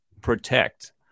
Protect